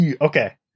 Okay